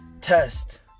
test